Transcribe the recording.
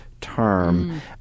term